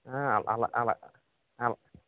అల అలా అల